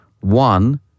One